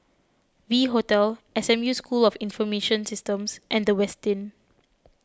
V Hotel S M U School of Information Systems and the Westin